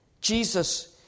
Jesus